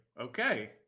okay